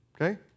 okay